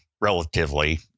relatively